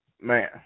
man